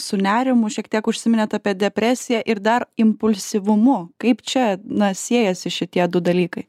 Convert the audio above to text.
su nerimu šiek tiek užsiminėt apie depresiją ir dar impulsyvumu kaip čia na siejasi šitie du dalykai